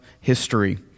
history